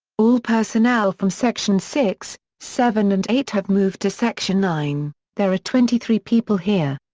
all personnel from section six, seven and eight have moved to section nine, there are twenty three people here.